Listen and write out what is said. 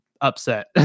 upset